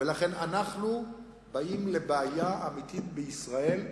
ולכן אנחנו מגיעים לבעיה האמיתית בישראל,